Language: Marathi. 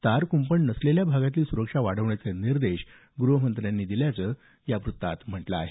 तार कुंपण नसलेल्या भागातली सुरक्षा वाढवण्याचे निर्देश ग्रहमंत्र्यांनी दिल्याचं या वृत्तात म्हटलं आहे